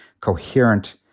coherent